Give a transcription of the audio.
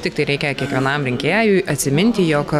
tiktai reikia kiekvienam rinkėjui atsiminti jog